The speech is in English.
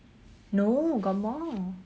no got more